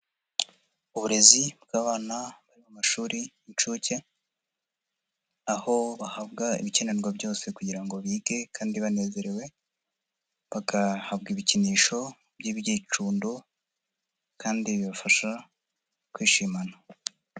Uburezi bw'abana bari mu mashuri y'incuke, aho bahabwa ibikenerwa byose kugira ngo bige kandi banezerewe, bagahabwa ibikinisho by'ibyicundo kandi bibafasha kwishimana.